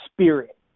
spirit